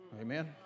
Amen